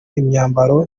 imyambaro